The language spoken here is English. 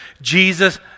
Jesus